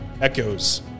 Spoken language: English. echoes